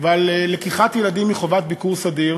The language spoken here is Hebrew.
ועל לקיחת ילדים מחובת ביקור סדיר.